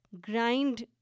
grind